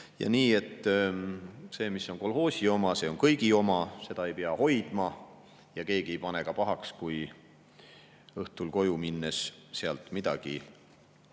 lohiseb, et see, mis on kolhoosi oma, on kõigi oma, seda ei pea hoidma ja keegi ei pane ka pahaks, kui õhtul koju minnes sealt midagi kaasa